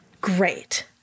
Great